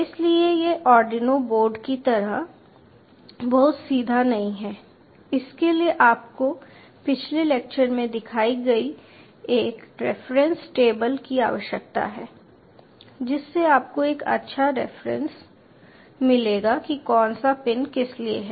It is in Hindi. इसलिए यह आर्डिनो बोर्डों की तरह बहुत सीधा नहीं है इसके लिए आपको पिछले लेक्चर में दिखाई गई एक रेफरेंस टेबल की आवश्यक है जिससे आपको एक अच्छा रेफरेंस मिलेगा कि कौन सा पिन किसलिए है